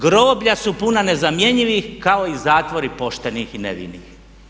Groblja su puno nezmjenjivih kao i zatvori poštenih i nevinih.